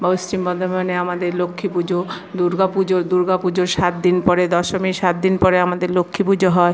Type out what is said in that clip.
পশ্চিম বর্ধমানে আমাদের লক্ষ্মী পুজো দুর্গা পুজো দুর্গা পুজোর সাতদিন পরে দশমীর সাতদিন পরে আমাদের লক্ষ্মী পুজো হয়